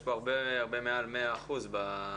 פה הרבה מעל 100% בכפילות.